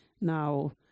now